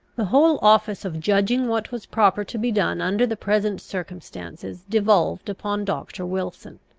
the whole office of judging what was proper to be done under the present circumstances devolved upon doctor wilson.